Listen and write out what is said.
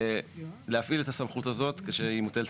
להפעיל את המסכות הזאת כשהיא מוטלת